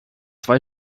zwei